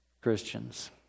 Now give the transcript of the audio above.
Christians